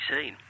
seen